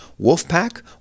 Wolfpack